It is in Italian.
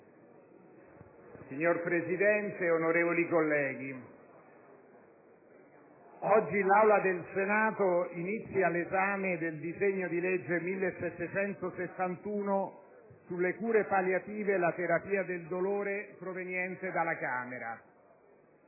Signor Presidente, onorevoli colleghi, oggi l'Aula del Senato inizia l'esame del disegno di legge n. 1771 sulle cure palliative e la terapia del dolore, proveniente dalla Camera